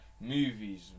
movies